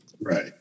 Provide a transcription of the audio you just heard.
Right